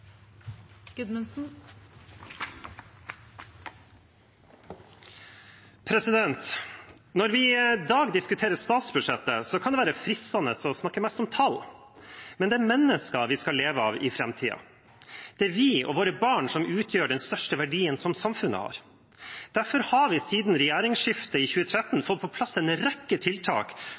forskjeller. Når vi i dag diskuterer statsbudsjettet, kan det være fristende å snakke mest om tall. Men det er mennesker vi skal leve av i framtiden. Det er vi og våre barn som utgjør den største verdien samfunnet har. Derfor har vi siden regjeringsskiftet i 2013 fått på plass en rekke tiltak,